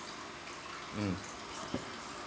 mm